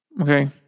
okay